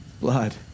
blood